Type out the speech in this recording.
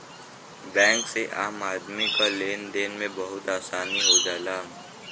bank से आम आदमी क लेन देन में बहुत आसानी हो जाला